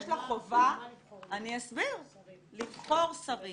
יש לה חובה לבחור שרים